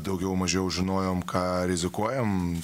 daugiau mažiau žinojom ką rizikuojam